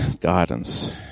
guidance